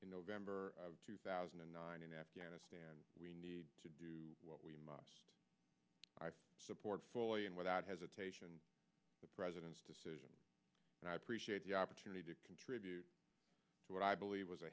in november two thousand and nine in afghanistan we need to do what we support fully and without hesitation the president's decision and i appreciate the opportunity to contribute to what i believe was a